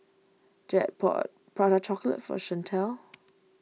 Jed bought Prata Chocolate for Chantelle